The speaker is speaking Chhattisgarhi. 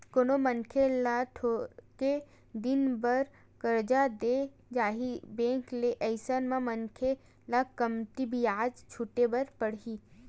कोनो मनखे ल थोरके दिन बर करजा देय जाही बेंक ले अइसन म मनखे ल कमती बियाज छूटे बर परही